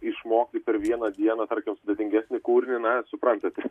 išmokti per vieną dieną tarkim sudėtingesnį kūrinį na suprantate